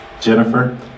Jennifer